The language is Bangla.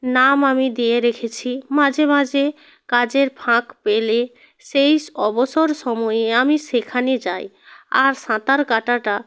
নাম আমি দিয়ে রেখেছি মাঝে মাঝে কাজের ফাঁক পেলে সেই অবসর সময়ে আমি সেখানে যাই আর সাঁতার কাটাটা